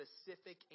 specific